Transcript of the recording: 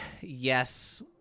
Yes